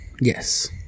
Yes